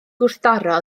gwrthdaro